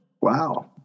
wow